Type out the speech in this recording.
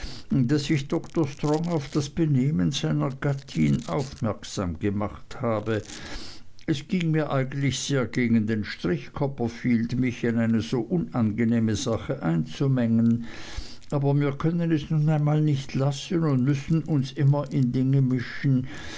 daß ich dr strong auf das benehmen seiner gattin aufmerksam gemacht habe es ging mir eigentlich sehr gegen den strich copperfield mich in so eine unangenehme sache einzumengen aber mir können es nun einmal nicht lassen und müssen uns immer in dinge mischen